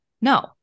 no